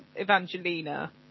Evangelina